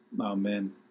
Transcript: Amen